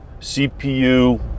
CPU